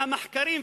מהמחקרים,